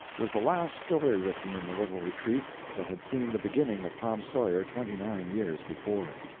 was the last story written in the little retreat that had seen the beginning of tom sawyer twenty-nine years before.